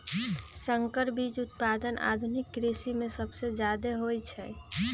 संकर बीज उत्पादन आधुनिक कृषि में सबसे जादे होई छई